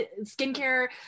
Skincare